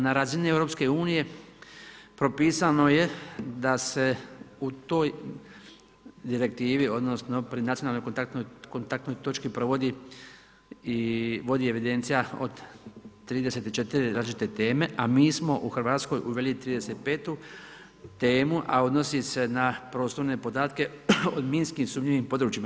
Na razini EU propisano je da se u toj direktivi, odnosno pri nacionalnoj kontaktnoj točki provodi i vodi evidencija od 34 različite teme, a mi smo u Hrvatskoj uveli 35. temu, a odnosi se na prostorne podatke o minski sumnjivim područjima.